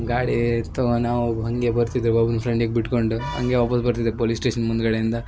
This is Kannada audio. ಗಾಡಿ ಇರ್ತೊ ನಾವು ಹಾಗೆ ಬರ್ತಿದೆವು ಒಬ್ನು ಫ್ರೆಂಡಿಗೆ ಬಿಟ್ಟುಕೊಂಡು ಹಂಗೆ ವಾಪಸ್ ಬರ್ತಿದ್ದೆ ಪೊಲೀಸ್ ಸ್ಟೇಷನ್ ಮುಂದುಗಡೆಯಿಂದ